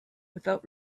without